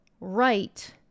right